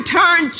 turn